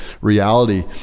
reality